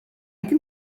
can